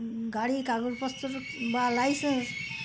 গাড়ির কাগজপত্র বা লাইসেনস